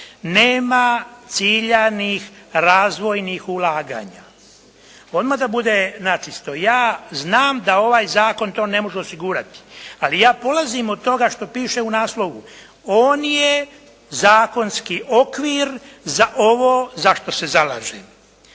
Nema ciljanih razvojnih ulaganja. Odmah da bude načisto, ja znam da ovaj zakon to ne može osigurati, ali ja polazim od toga što pište u naslovu. On je zakonski okvir za ovo za što se zalažem.